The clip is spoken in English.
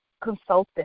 consultant